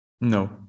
no